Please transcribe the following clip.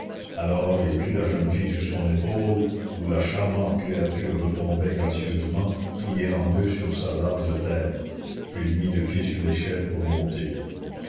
alors il prit la jeune fille sur son épaule d'où la charmante créature retombait gracieusement pliée en deux sur sa large tête puis il mit le pied sur l'échelle pour monter